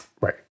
Right